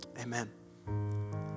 amen